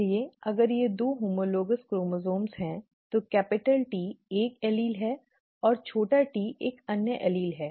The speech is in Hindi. इसलिए अगर ये दो हॉमॉलॅगॅस क्रोमोसोम हैं तो कैपिटल T एक एलील है और छोटा t एक अन्य एलील है